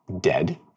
dead